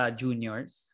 juniors